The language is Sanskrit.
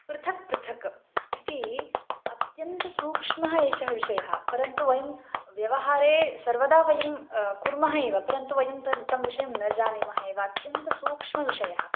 पृथक् पृथक् इती अत्यन्तसूक्ष्मः एषः विषयः परन्तु वयं व्यवहारे सर्वदा वयं कुर्मः एव परन्तु वयं तत् तं विषयं न जानीमः एव अत्यन्तसूक्ष्मविषयः